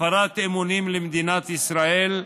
הפרת אמונים למדינת ישראל,